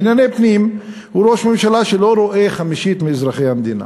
בענייני פנים הוא ראש ממשלה שלא רואה חמישית מאזרחי המדינה.